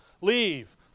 Leave